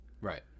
Right